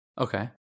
okay